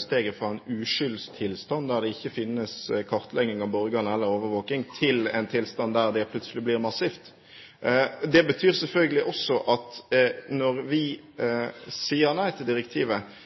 steget fra en uskyldstilstand der det ikke finnes kartlegging av borgerne eller overvåking, til en tilstand der dette plutselig blir massivt. Det betyr selvfølgelig også at vi, når vi sier nei til direktivet,